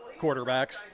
Quarterbacks